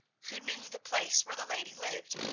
who knew the place where the lady lived,